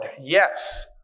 yes